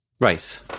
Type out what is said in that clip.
Right